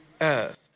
earth